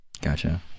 Gotcha